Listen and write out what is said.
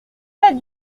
pas